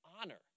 honor